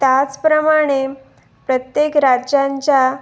त्याचप्रमाणे प्रत्येक राज्यांच्या